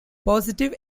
positive